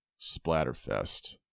Splatterfest